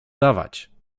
dawać